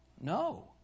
No